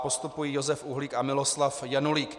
Postupují Josef Uhlík a Miloslav Janulík.